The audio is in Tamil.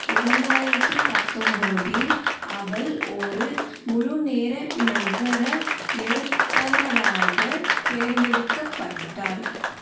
இரண்டாயிரத்து பத்தொம்பதில் அவள் ஒரு முழுநேர நகர எழுத்தரராகத் தேர்ந்தெடுக்கப்பட்டாள்